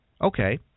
Okay